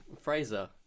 fraser